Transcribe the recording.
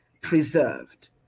preserved